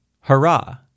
Hurrah